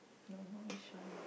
don't know which one